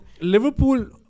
Liverpool